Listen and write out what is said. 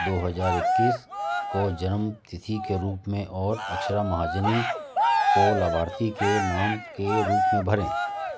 दो हज़ार इक्कीस को जन्म तिथि के रूप में और अक्षरा महाजनी को लाभार्थी के नाम के रूप में भरें